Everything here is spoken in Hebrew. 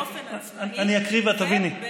אני אקריא ואת תביני.